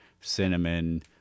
cinnamon